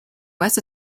west